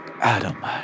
Adam